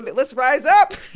but let's rise up